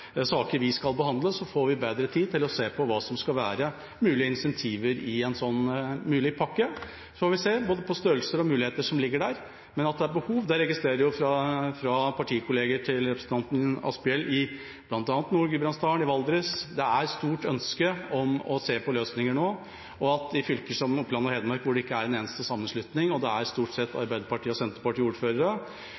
saker vi skal behandle. Da får vi bedre tid til å se på hva som skal være mulige insentiver i en slik pakke, og så får vi se, både på størrelser og muligheter som ligger der. Men at det er behov, det registrerer jeg fra partikolleger av representanten Asphjell i bl.a. Nord-Gudbrandsdalen, i Valdres. Det er et stort ønske om å se på løsninger nå. Og i fylker som Oppland og Hedmark, hvor det ikke er en eneste sammenslutning, og hvor det stort sett